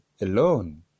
alone